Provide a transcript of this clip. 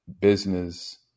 business